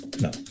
no